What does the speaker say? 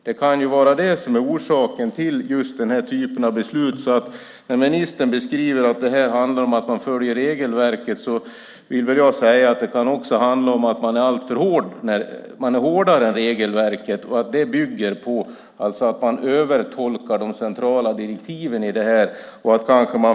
Det kan vara orsaken till den här typen av beslut. När ministern beskriver att det handlar om att man följer regelverket vill jag säga att det också kan handla om att man är hårdare än regelverket och att det bygger på att man övertolkar de centrala direktiven.